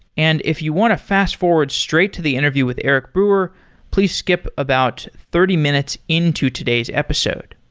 and if you want a fast-forward straight to the interview with eric brewer, please skip about thirty minutes into today's episode.